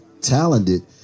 talented